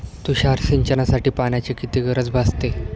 तुषार सिंचनासाठी पाण्याची किती गरज भासते?